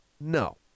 No